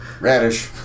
radish